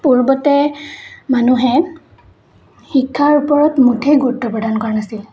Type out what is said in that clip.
পূৰ্বতে মানুহে শিক্ষাৰ ওপৰত মুঠেই গুৰুত্ব প্ৰদান কৰা নাছিল